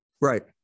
Right